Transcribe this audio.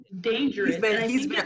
dangerous